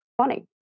funny